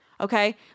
Okay